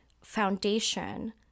foundation